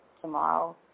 tomorrow